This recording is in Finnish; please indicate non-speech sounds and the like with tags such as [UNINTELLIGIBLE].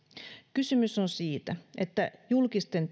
kysymys on siitä että julkisten [UNINTELLIGIBLE]